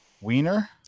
wiener